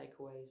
takeaways